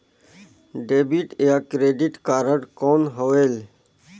Debit या credit card कौन होएल?